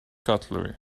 cutlery